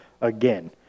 again